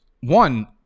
one